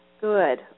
Good